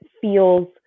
feels